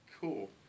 cool